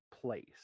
place